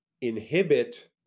inhibit